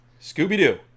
Scooby-Doo